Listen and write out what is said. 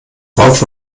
rauf